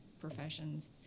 professions